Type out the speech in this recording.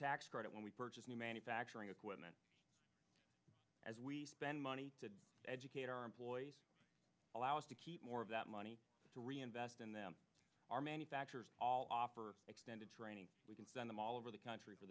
protect credit when we purchase new manufacturing equipment as we spend money to educate our employees allow us to keep more of that money to reinvest in them our manufacturers offer extended training we can send them all over the country for